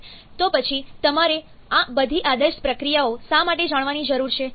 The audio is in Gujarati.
તો પછી તમારે આ બધી આદર્શ પ્રક્રિયાઓ શા માટે જાણવાની જરૂર છે